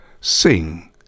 Sing